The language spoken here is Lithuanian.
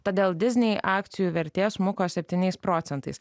todėl disney akcijų vertė smuko septyniais procentais